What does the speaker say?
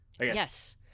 Yes